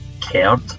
cared